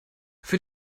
für